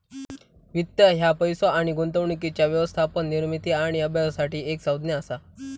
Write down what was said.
वित्त ह्या पैसो आणि गुंतवणुकीच्या व्यवस्थापन, निर्मिती आणि अभ्यासासाठी एक संज्ञा असा